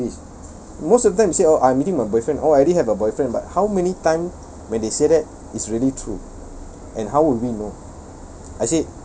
they plan to also do this most of them said oh I'm meeting my boyfriend oh I already have a boyfriend but how many time when they say that it's really true and how would we know